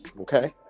okay